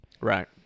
Right